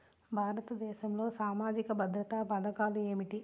భారతదేశంలో సామాజిక భద్రతా పథకాలు ఏమిటీ?